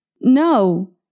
No